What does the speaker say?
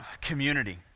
community